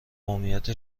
قومیت